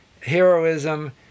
heroism